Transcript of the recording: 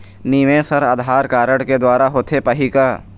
निवेश हर आधार कारड के द्वारा होथे पाही का?